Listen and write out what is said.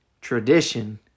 Tradition